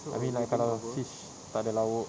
I mean like kalau fish tak ada lauk